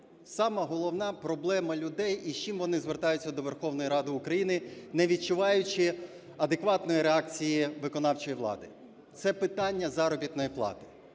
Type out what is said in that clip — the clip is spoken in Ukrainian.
головна проблема людей і з чим вони звертаються до Верховної Ради України, не відчуваючи адекватної реакції виконавчої влади? Це питання заробітної плати.